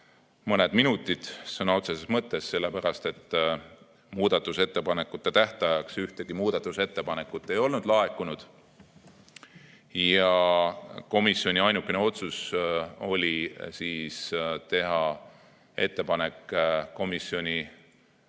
mõned minutid, sellepärast et muudatusettepanekute tähtajaks ühtegi muudatusettepanekut ei olnud laekunud. Komisjoni ainukene otsus oli teha ettepanek komisjoni